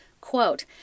Quote